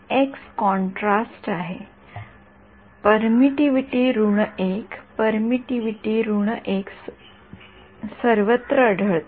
x contrast आहे permittivity ऋण १ permittivity ऋण १ सर्वत्र आढळते